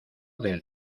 del